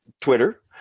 Twitter